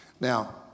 Now